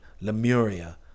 Lemuria